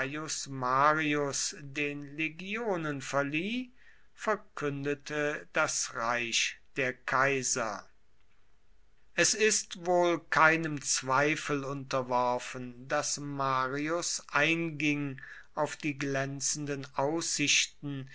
marius den legionen verlieh verkündete das reich der kaiser es ist wohl keinem zweifel unterworfen daß marius einging auf die glänzenden aussichten